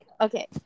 Okay